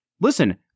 listen